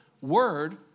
word